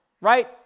right